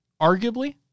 arguably